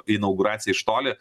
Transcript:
inauguraciją iš toli